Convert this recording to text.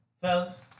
fellas